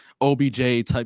OBJ-type